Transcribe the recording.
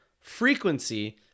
frequency